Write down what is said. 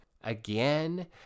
again